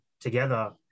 together